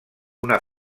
una